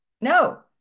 No